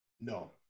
No